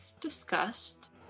discussed